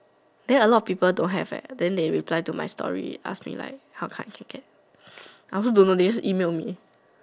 then a lot of people don't have eh then they reply to my story how come I can get I also don't know they just email me